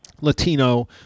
Latino